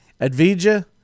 Advija